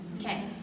Okay